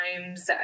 times